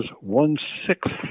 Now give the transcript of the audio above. one-sixth